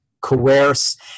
coerce